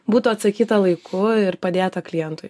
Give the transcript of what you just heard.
būtų atsakyta laiku ir padėta klientui